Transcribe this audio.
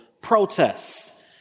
protests